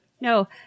No